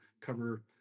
cover